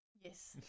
Yes